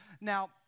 Now